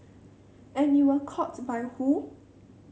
and you were caught by who